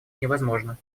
невозможно